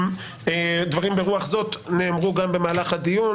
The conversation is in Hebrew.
דברים ברוח זאת נאמרו גם במהלך הדיון,